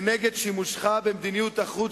הכנסת מוחה כנגד שימושך במדיניות החוץ